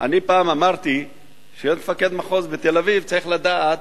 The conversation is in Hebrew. אני פעם אמרתי שלהיות מפקד מחוז בתל-אביב צריך לדעת,